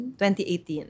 2018